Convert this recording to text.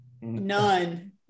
none